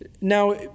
Now